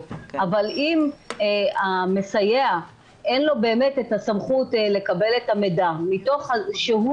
אבל אם למסייע אין את הסמכות לקבל את המידע מתוך שהוא